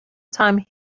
time